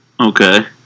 Okay